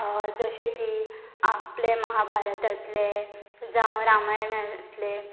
जशें की आपले महाभारतांतले जावं रामायणांतले